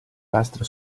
lastre